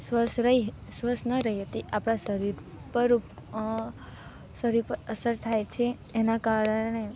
સ્વસ્થ સ્વસ્થ ન રહીએ તો એ આપણાં શરીર પર શરીર પર અસર થાય છે એનાં કારણે